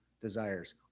desires